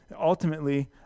Ultimately